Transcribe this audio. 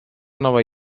nova